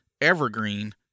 evergreen